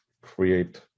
create